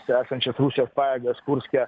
esančias rusijos pajėgas kurske